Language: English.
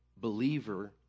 believer